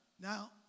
Now